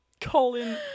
Colin